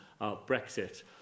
Brexit